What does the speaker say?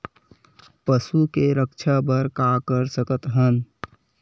पशु के रक्षा बर का कर सकत हन?